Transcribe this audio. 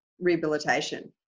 rehabilitation